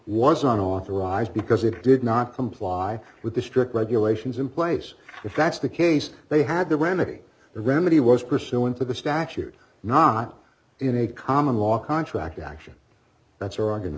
wasn't authorized because it did not comply with the strict regulations in place if that's the case they had the remedy the remedy was pursuant to the statute not in a common law contract action that's oregon